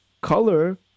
color